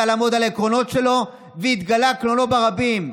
לעמוד על העקרונות שלו והתגלה קלונו ברבים,